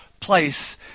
place